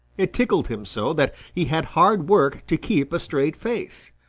it tickled him so that he had hard work to keep a straight face.